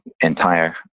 entire